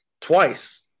Twice